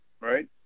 Right